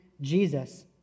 Jesus